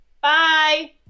Bye